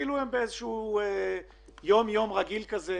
כאילו הם באיזשהו יום-יום רגיל כזה.